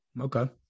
Okay